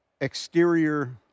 exterior